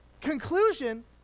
conclusion